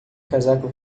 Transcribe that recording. casaco